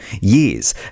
years